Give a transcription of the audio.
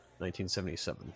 1977